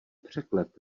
překlep